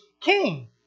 king